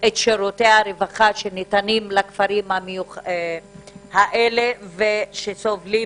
את שירותי הרווחה שניתנים לכפרים האלה ושסובלים